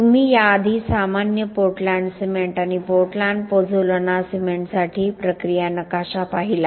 तुम्ही याआधी सामान्य पोर्टलँड सिमेंट आणि पोर्टलँड पोझोलाना सिमेंटसाठी प्रक्रिया नकाशा पाहिला